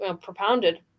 propounded